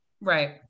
Right